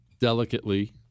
delicately